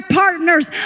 partners